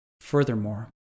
Furthermore